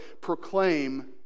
proclaim